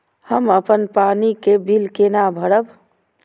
हम अपन पानी के बिल केना भरब?